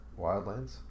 Wildlands